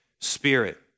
Spirit